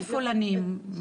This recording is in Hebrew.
איפה לנים?